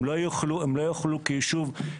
הם לא יוכלו כיישוב.